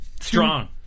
Strong